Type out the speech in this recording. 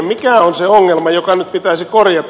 mikä on se ongelma joka nyt pitäisi korjata